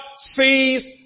sees